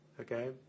okay